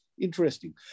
Interesting